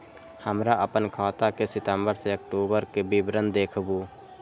हमरा अपन खाता के सितम्बर से अक्टूबर के विवरण देखबु?